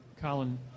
Colin